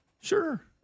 Sure